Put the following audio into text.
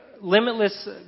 limitless